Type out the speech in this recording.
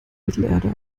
mittelerde